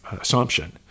assumption